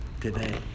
today